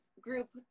group